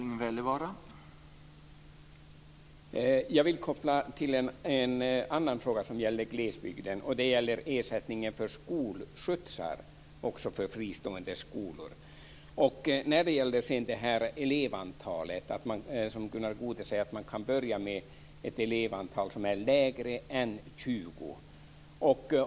Herr talman! Jag vill anknyta till en annan fråga om gäller glesbygden, och det handlar om ersättningen för skolskjutsar också för elever i fristående skolor. Gunnar Goude säger att man kan börja med ett elevantal som är lägre än 20.